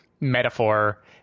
metaphor